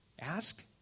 Ask